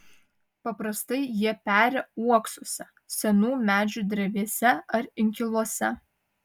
paprastai jie peri uoksuose senų medžių drevėse ar inkiluose